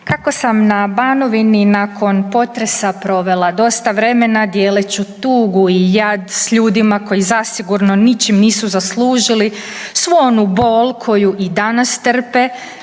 kako sam na Banovini nakon potresa provela dosta vreme dijeleći tugu i jad s ljudima koji zasigurno ničim nisu zaslužili svu onu bol koju i danas trpe